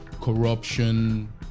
corruption